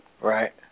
Right